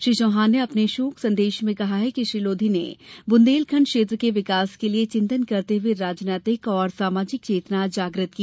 श्री चौहान ने अपने शोक संदेश में कहा कि श्री लोधी ने बुंदेलखंड क्षेत्र के विकास के लिये चिंतन करते हुए राजनैतिक और सामाजिक चेतना जागृत की